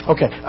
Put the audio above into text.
Okay